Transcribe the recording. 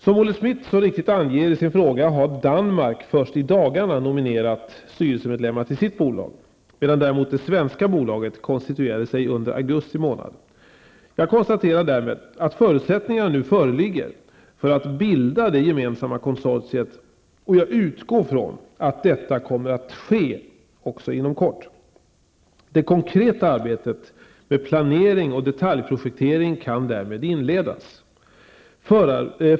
Som Olle Schmidt så riktigt anger i sin fråga har Danmark först i dagarna nominerat styrelsemedlemmar till sitt bolag, medan däremot det svenska bolaget konstituerade sig under augusti månad. Jag konstaterar därmed att förutsättningarna nu föreligger för att bilda det gemensamma konsortiet och jag utgår från att detta kommer att ske inom kort. Det konkreta arbetet med planering och detaljprojektering kan därmed inledas.